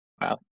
Wow